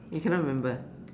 you cannot remember